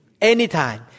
anytime